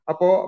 Apo